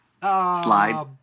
slide